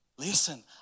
Listen